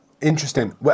Interesting